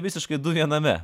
visiškai du viename